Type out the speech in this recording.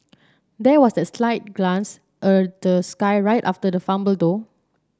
there was that slight glance a the sky right after the fumble though